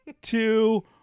two